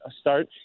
start